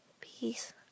peace